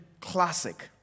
classic